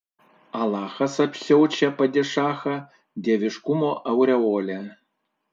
alachas apsiaučia padišachą dieviškumo aureole